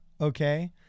okay